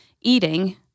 eating